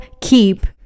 keep